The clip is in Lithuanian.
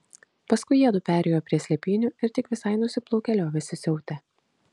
paskui jiedu perėjo prie slėpynių ir tik visai nusiplūkę liovėsi siautę